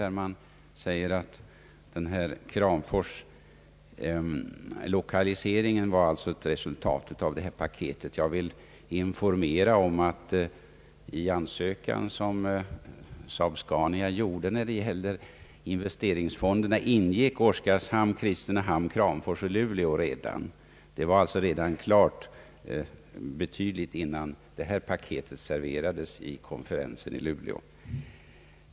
Det sades att Kramforslokaliseringen var ett resultat av det här »paketet». Jag vill informera om att i SAAB-Scanias ansökan om ianspråktagande av investeringsfonderna ingick projekten i Oskarshamn, Kristinehamn, Kramfors och Luleå. Den saken var alltså avgjord innan paketet serverades vid konferensen i Luleå.